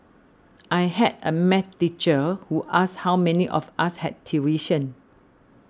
I had a math teacher who asked how many of us had tuition